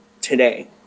today